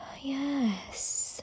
yes